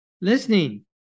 listening